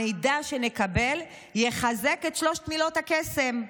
המידע שנקבל יחזק את שלוש מילות הקסם.